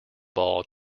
ball